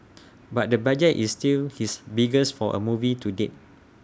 but the budget is still his biggest for A movie to date